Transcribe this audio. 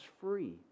free